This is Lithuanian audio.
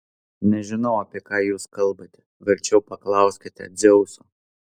nežinau apie ką jūs kalbate verčiau paklauskite dzeuso